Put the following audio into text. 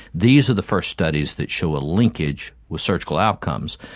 these are the first studies that show a linkage with surgical outcomes,